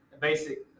Basic